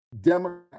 Democrat